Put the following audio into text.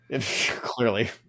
Clearly